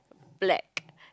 black